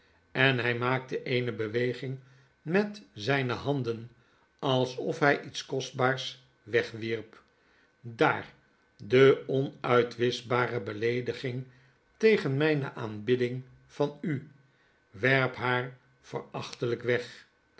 en hjj maakt eene beweging met zjjne handen alsof hjj iets kostbaars weg wierp daar de onuitwischbare beleediging tegen mjjne aanbidding van u werp haar verachtelijk weg